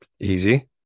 easy